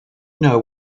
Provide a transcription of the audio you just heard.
know